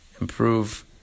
improve